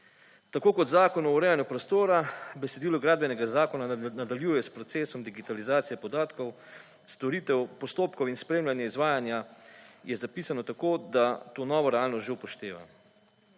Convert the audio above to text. Tako kot Zakon o urejanju prostora, besedilo Gradbenega zakona nadaljuje s procesom digitalizacije podatkov, storitev postopkov in spremljanje izvajanja je zapisano tako, da to novo realnost že upošteva.